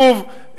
שוב,